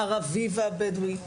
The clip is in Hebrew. הערבי והבדואי,